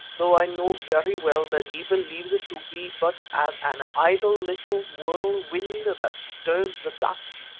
although i know very well that he believes it to be but as an idle little whirlwind that stirs the dust,